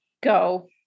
Go